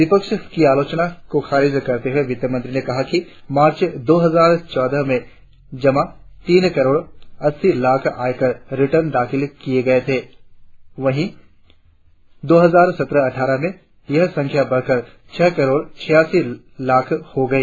विपक्ष की आलोचना को खारिज करते हुए वित्तमंत्री ने कहा कि मार्च दो हजार चौदह में जहां तीन करोड़ अस्सी लाख़ आयकर रिटर्न दाखिल किये गए थे वही दो हजार सत्रह अटठारह में यह संख्या बढ़कर छह करोड़ छियासी लाख़ हो गई